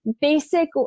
basic